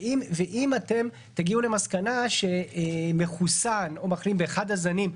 ואם אתם תגיעו למסקנה שמחוסן או מחלים באחד הזנים,